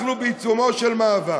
אנחנו בעיצומו של מאבק.